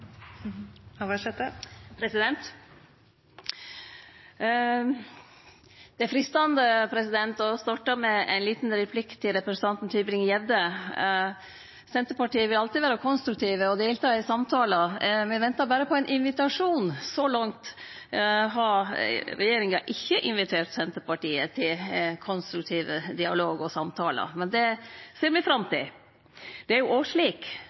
å starte med ein liten replikk til representanten Tybring-Gjedde. Senterpartiet vil alltid vere konstruktiv og delta i samtalar. Me ventar berre på ein invitasjon. Så langt har regjeringa ikkje invitert Senterpartiet til konstruktiv dialog og samtalar, men det ser me fram til. Representanten seier at med stor vekst i økonomien er